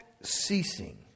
ceasing